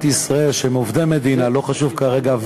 ישראל שהם עובדי מדינה לא חשוב כרגע,